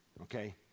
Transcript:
Okay